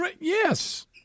Yes